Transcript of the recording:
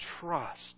trust